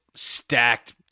stacked